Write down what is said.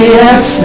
yes